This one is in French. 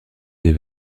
des